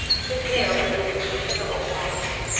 his hair was in considerable quantity,